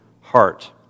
heart